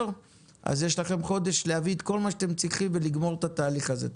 יש לכם חודש להביא את כל מה שאתם צריכים ולגמור את התהליך הזה.